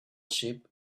ship